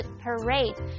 parade